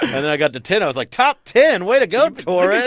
and then i got to ten. i was like, top ten way to go, torres